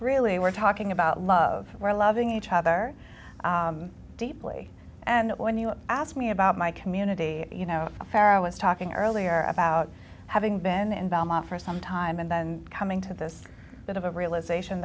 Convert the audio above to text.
really we're talking about love and we're loving each other deeply and when you ask me about my community you know where i was talking earlier about having been in belmont for some time and then coming to this bit of a realization